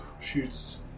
shoots